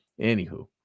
Anywho